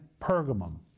Pergamum